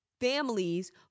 families